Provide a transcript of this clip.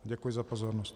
Děkuji za pozornost.